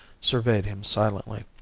surveyed him silently.